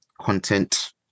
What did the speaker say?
content